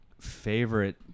favorite